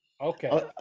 okay